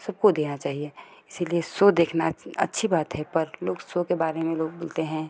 सबको देना चाहिए इसलिए सो देखना अच्छी बात है पर लोग सो के बारे में लोग बोलते हैं